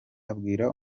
abwira